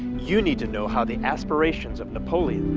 you need to know how the aspirations of napoleon,